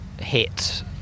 hit